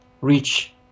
reach